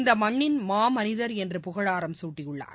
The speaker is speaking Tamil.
இந்த மண்ணின் மாமனிதர் என்று புகழாரம் சூட்டியுள்ளார்